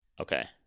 Okay